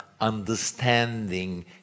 understanding